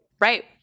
Right